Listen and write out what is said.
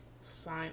sign